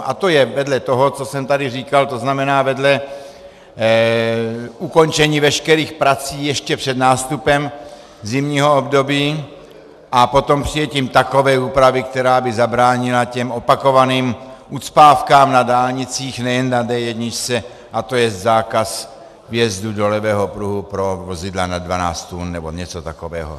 A to je vedle toho, co jsem tady říkal, to znamená vedle ukončení veškerých prací ještě před nástupem zimního období a potom přijetím takové úpravy, která by zabránila těm opakovaným ucpávkám na dálnicích nejen na D1, a to je zákaz vjezdu do levého pruhu pro vozidla nad 12 tun nebo něco takového.